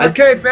Okay